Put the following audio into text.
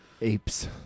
Apes